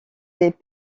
des